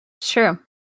True